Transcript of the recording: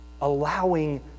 allowing